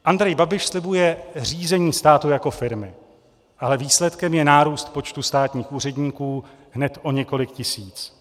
Andrej Babiš slibuje řízení státu jako firmy, ale výsledkem je nárůst počtu státních úředníků hned o několik tisíc.